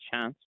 chance